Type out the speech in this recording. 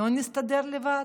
לא נסתדר לבד?